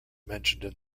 mentioned